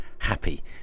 happy